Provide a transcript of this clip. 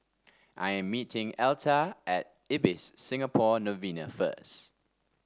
I am meeting Elta at Ibis Singapore Novena first